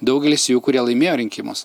daugelis jų kurie laimėjo rinkimus